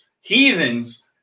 heathens